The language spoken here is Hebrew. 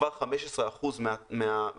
כבר 15% מהעמדות יהיו מחושמלות,